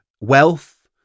wealth